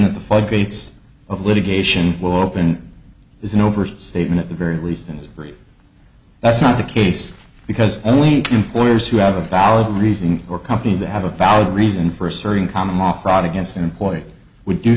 of the floodgates of litigation will open is an overstatement at the very least in theory that's not the case because only employers who have a valid reason or companies that have a valid reason for asserting common law fraud against an employer would do